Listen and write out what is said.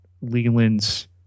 Leland's